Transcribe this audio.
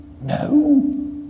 no